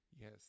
Yes